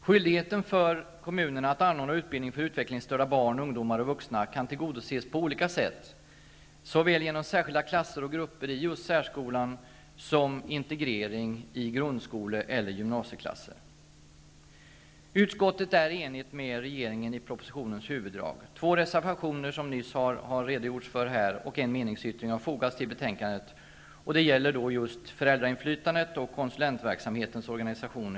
Skyldigheten för kommunerna att anordna utbildning för utvecklingsstörda barn, ungdomar och vuxna kan tillgodoses på olika sätt såväl genom olika klasser och grupper i särskolan som genom integrering i grundskole eller gymnasieklasser. Utskottet är enigt med regeringen om propositionens huvuddrag. Två reservationer, som det nyss har redogjorts för här, och en meningsyttring har fogats till betänkandet. Det gäller just föräldrainflytandet och konsulentverksamhetens organisation.